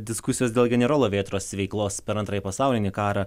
diskusijos dėl generolo vėtros veiklos per antrąjį pasaulinį karą